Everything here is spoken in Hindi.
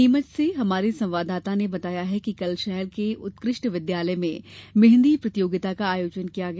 नीमच से हमारे संवाददाता ने बताया है कि कल शहर के उत्कृष्ट विद्यालय में मेंहदी प्रतियोगिता का आयोजन किया गया